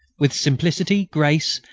with simplicity, grace,